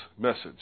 message